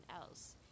else